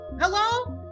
Hello